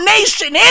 Nation